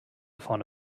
vorne